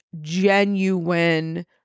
genuine